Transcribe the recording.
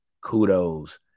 Kudos